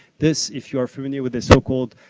this, if you are familiar with this so called